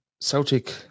Celtic